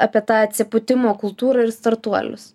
apie tą atsipūtimo kultūrą ir startuolius